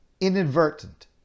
inadvertent